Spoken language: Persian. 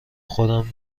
خودم